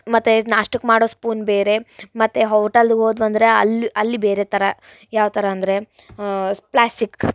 ಮತ್ತು ನಾಷ್ಟಕ್ಕೆ ಮಾಡೋ ಸ್ಪೂನ್ ಬೇರೆ ಮತ್ತು ಹೋಟಲ್ದಗ್ ಹೋದ್ವುಂದ್ರೆ ಅಲ್ಲಿ ಅಲ್ಲಿ ಬೇರೆ ಥರ ಯಾವ ಥರ ಅಂದರೆ ಪ್ಲಾಸ್ಟಿಕ್